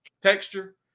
texture